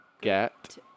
Get